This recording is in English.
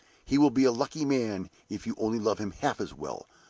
he will be a lucky man if you only love him half as well,